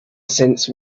since